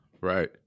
Right